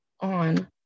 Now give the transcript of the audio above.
on